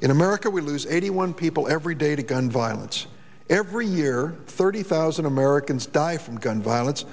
in america we lose eighty one people every day to gun violence every year thirty thousand americans die from gun violence